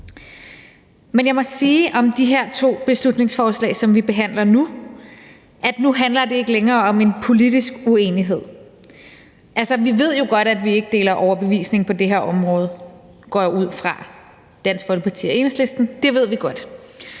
Men jeg må sige om de her to beslutningsforslag, som vi behandler nu, at nu handler det ikke længere om en politisk uenighed. Altså, vi ved jo godt, at vi – Dansk Folkeparti og Enhedslisten – ikke